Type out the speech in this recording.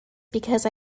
because